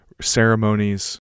ceremonies